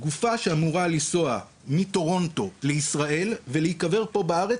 גופה שאמורה לנסוע מטורונטו לישראל ולהיקבר פה בארץ,